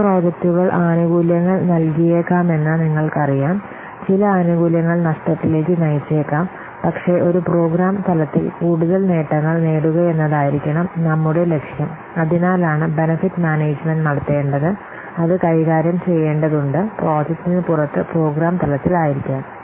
ചില പ്രോജക്റ്റുകൾ ആനുകൂല്യങ്ങൾ നൽകിയേക്കാമെന്ന് നിങ്ങൾക്കറിയാം ചില ആനുകൂല്യങ്ങൾ നഷ്ടത്തിലേക്ക് നയിച്ചേക്കാം പക്ഷേ ഒരു പ്രോഗ്രാം തലത്തിൽ കൂടുതൽ നേട്ടങ്ങൾ നേടുകയെന്നതായിരിക്കണം നമ്മുടെ ലക്ഷ്യം അതിനാലാണ് ബെനിഫിറ്റ് മാനേജ്മെന്റ് നടത്തേണ്ടത് അത് കൈകാര്യം ചെയ്യേണ്ടതുണ്ട് പ്രോജക്റ്റിന് പുറത്ത് പ്രോഗ്രാം തലത്തിലായിരിക്കാം